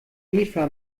eva